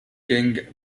king